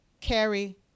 Carry